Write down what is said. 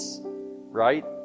right